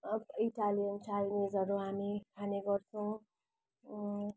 अब इटालियन चाइनिजहरू हामी खाने गर्छौँ